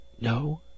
no